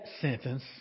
sentence